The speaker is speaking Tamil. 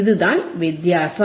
இதுதான் வித்தியாசம்